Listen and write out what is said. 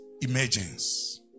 Emergence